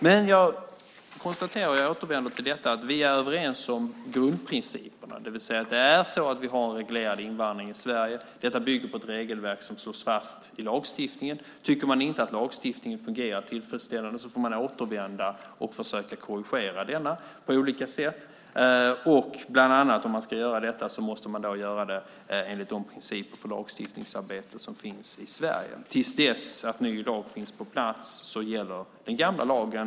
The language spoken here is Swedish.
Men jag konstaterar - och jag återvänder till detta - att vi är överens om grundprinciperna, det vill säga att vi har en reglerad invandring i Sverige. Detta bygger på ett regelverk som slås fast i lagstiftningen. Tycker man inte att lagstiftningen fungerar tillfredsställande får man återvända och försöka korrigera denna på olika sätt. Om man ska göra detta måste man göra det enligt de principer för lagstiftningsarbete som finns i Sverige. Till dess att ny lag finns på plats gäller den gamla lagen.